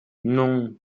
non